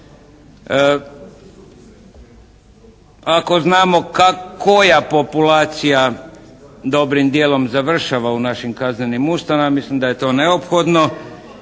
Ako znamo koja populacija dobrim dijelom završava u našim kaznenim ustanovama, mislim da je to neophodno